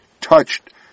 touched